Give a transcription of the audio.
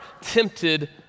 tempted